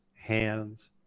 hands